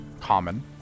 common